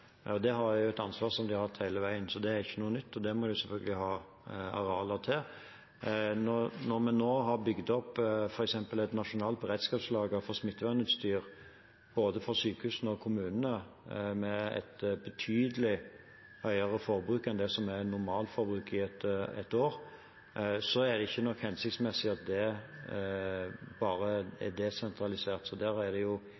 Det er et ansvar som de har hatt hele veien, så det er ikke noe nytt, og det må de selvfølgelig ha arealer til. Når vi nå har bygd opp f.eks. et nasjonalt beredskapslager for smittevernutstyr for både sykehusene og kommunene med et betydelig høyere forbruk enn det som er normalforbruket i et år, er det ikke hensiktsmessig at det bare er desentralisert, så der er det